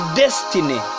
destiny